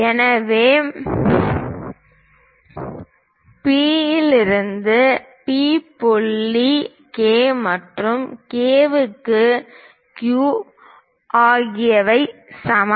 எனவே P புள்ளி K மற்றும் K க்கு Q அவர்கள் சமம்